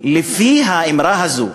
לפי האמרה הזאת,